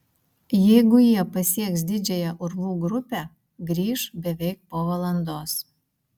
jeigu jie pasieks didžiąją urvų grupę grįš beveik po valandos